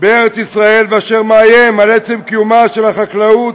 בארץ ישראל ואשר מאיים על עצם קיום החקלאות,